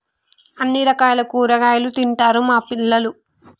అన్ని రకాల కూరగాయలు తింటారు మా పిల్లలు